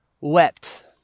wept